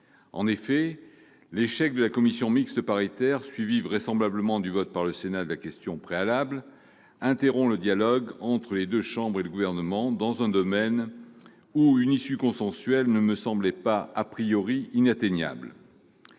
En effet, l'échec de la commission mixte paritaire, suivi, vraisemblablement, du vote par le Sénat d'une motion tendant à opposer la question préalable, interrompt le dialogue entre les deux chambres et le Gouvernement, dans un domaine où une issue consensuelle ne me semblait pas hors de portée.